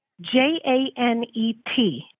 J-A-N-E-T